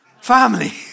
family